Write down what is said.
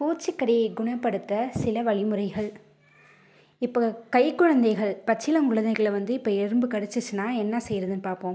பூச்சிக் கடியை குணப்படுத்த சில வழிமுறைகள் இப்போது கைக்குழந்தைகள் பச்சிளம் குழந்தைகள வந்து இப்போ எறும்பு கடிச்சிடுச்சின்னால் என்ன செய்கிறதுன்னு பார்ப்போம்